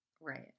Right